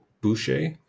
Boucher